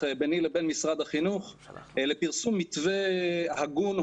ביני לבין משרד החינוך לפרסום מתווה הגון,